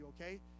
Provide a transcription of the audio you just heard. okay